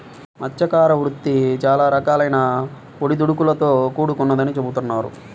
మత్స్యకార వృత్తి చాలా రకాలైన ఒడిదుడుకులతో కూడుకొన్నదని చెబుతున్నారు